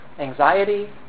anxiety